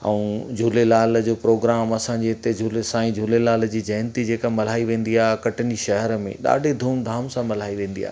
ऐं झूलेलाल जो प्रोग्राम असांजे इते झूले सांई झूलेलाल जी जयंती जेका मल्हाई वेंदी आहे कटनी शहर में ॾाधी धूम धाम सां मल्हाई वेंदी आहे